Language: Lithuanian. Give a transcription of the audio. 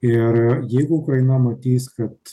ir jeigu ukraina matys kad